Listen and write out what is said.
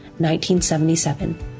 1977